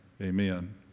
Amen